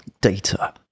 data